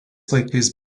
laikais